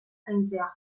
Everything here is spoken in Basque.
zaintzea